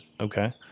Okay